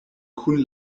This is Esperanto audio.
kun